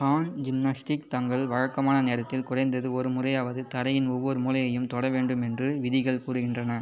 ஆண் ஜிம்னாஸ்டிக் தங்கள் வழக்கமான நேரத்தில் குறைந்தது ஒரு முறையாவது தரையின் ஒவ்வொரு மூலையையும் தொட வேண்டும் என்று விதிகள் கூறுகின்றன